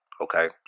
okay